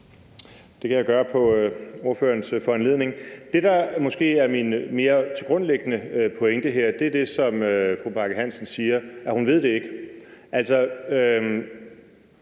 Det kan jeg gøre på ordførerens foranledning. Det, der måske er min mere tilgrundlæggende pointe her, er det, som fru Charlotte Bagge Hansen siger, med, at hun ikke